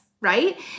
right